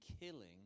killing